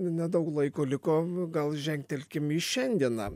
nedaug laiko liko gal žengtelkim į šiandieną